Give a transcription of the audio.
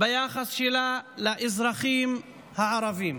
ביחס שלה לאזרחים הערבים.